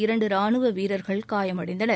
இரண்டு ராணுவ வீரர்கள் காயமடைந்தனர்